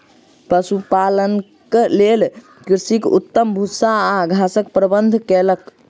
पशुपालनक लेल कृषक उत्तम भूस्सा आ घासक प्रबंध कयलक